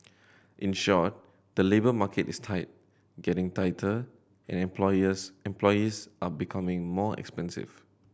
in short the labour market is tight getting tighter and employers employees are becoming more expensive